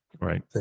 right